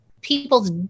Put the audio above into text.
people's